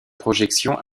projection